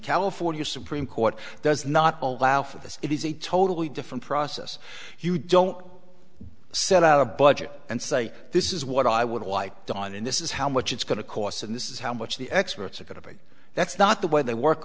california supreme court does not allow for this it is a totally different process you don't set out a budget and say this is what i would like done in this is how much it's going to cost and this is how much the experts are going to pay that's not the way they work